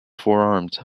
forearmed